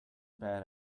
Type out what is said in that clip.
bad